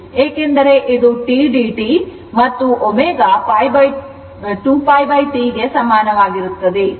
ಏಕೆಂದರೆ ಇದು t dt ಮತ್ತು ω 2π T ಗೆ ಸಮಾನವಾಗಿರುತ್ತದೆ